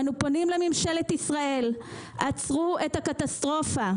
אנו פונים לממשלת ישראל: עצרו את הקטסטרופה.